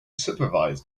supervise